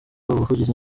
ubuvugizi